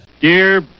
Dear